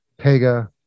Pega